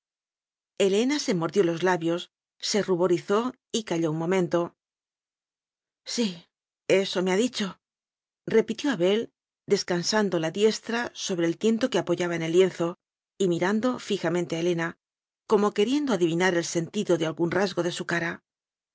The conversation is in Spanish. helena se mordió los labios se ruborizó y calló un momento sí eso me ha dicho repitió abel des cansando la diestra sobre el tiento que apo yaba en el lienzo y mirando fijaniente á helena como queriendo adivinar el sentido de algún rasgo de su cara